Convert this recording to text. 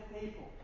people